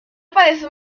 pareces